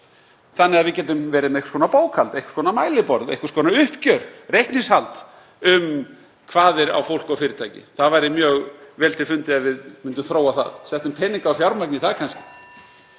þannig að við getum verið með einhvers konar bókhald, einhvers konar mælaborð, einhvers konar uppgjör, reikningshald um kvaðir á fólk og fyrirtæki. Það væri mjög vel til fundið ef við myndum þróa það, settum peninga og fjármagn í það kannski.